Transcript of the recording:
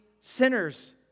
sinners